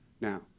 now